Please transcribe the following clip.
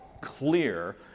clear